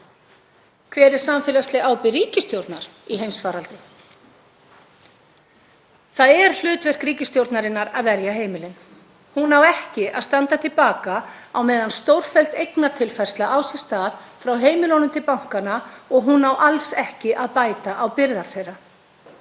Hver er samfélagsleg ábyrgð ríkisstjórnar í heimsfaraldri? Það er hlutverk ríkisstjórnarinnar að verja heimilin. Hún á ekki að standa til baka á meðan stórfelld eignatilfærsla á sér stað frá heimilunum til bankanna, og hún á alls ekki að bæta á byrðar þeirra.